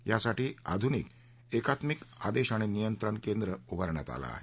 यासाठी आधुनिक एकात्मिक आदेश आणि नियंत्रण केंद्र उभारण्यात आलं आहे